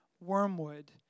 Wormwood